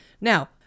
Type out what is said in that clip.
now